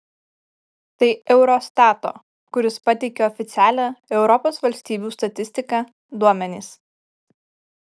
tai eurostato kuris pateikia oficialią europos valstybių statistiką duomenys